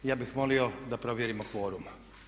Ja bih molio da provjerimo kvorum.